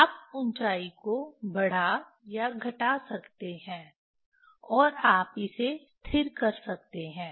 आप ऊंचाई को बढ़ा या घटा सकते हैं और आप इसे स्थिर कर सकते हैं